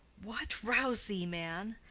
what, rouse thee, man!